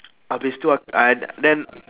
habis tu uh then